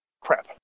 Crap